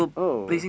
oh